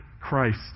Christ